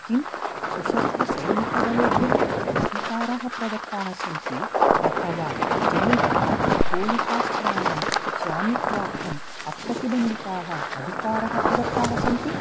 किं सुशस्त्रसैनिकदलेभ्यः अधिकाराः प्रदत्ताः सन्ति अथवा जनेभ्यः गोलिकास्त्राणां स्वामित्वार्थम् अप्रतिबन्दिताः अधिकाराः प्रदत्ताः सन्ति